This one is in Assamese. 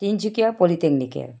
তিনিচুকীয়া পলিটেকনিকেল